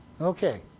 Okay